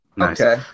Okay